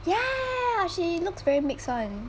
ya ya y~ she looks very mix [one]